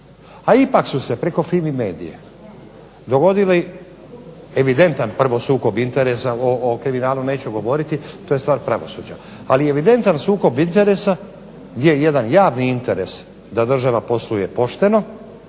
a ipak su se preko FIMI-medije dogodili evidentan prvo sukob interesa, o kriminalu neću govoriti, to je stvar pravosuđa. Ali evidentan sukob interesa gdje je jedan javni interes da država posluje pošteno,